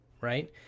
right